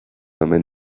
omen